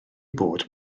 bod